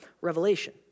revelation